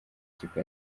ikipe